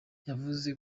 yavuze